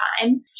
time